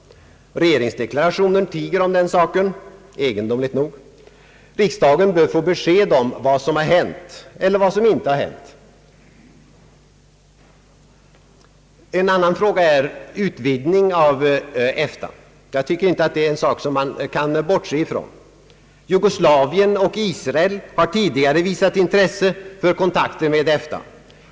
Regeringsdeklarationen tiger egendomligt nog om den saken. Riksdagen bör få besked om vad som har hänt eller vad som inte har hänt. En annan fråga är utvidgning av EFTA. Jag tycker att det är en sak som man inte kan bortse ifrån. Jugoslavien och Israel har tidigare visat intresse för kontakter med EFTA.